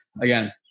again